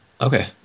Okay